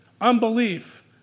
unbelief